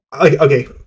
okay